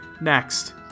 Next